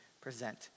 present